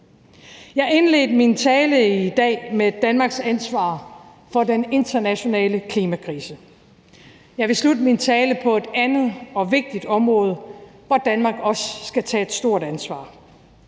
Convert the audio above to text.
Jeg indledte min tale i dag med at tale om Danmarks ansvar for den internationale klimakrise. Jeg vil slutte min tale på et andet og vigtigt område, hvor Danmark også skal tage et stort ansvar.